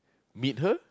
meet her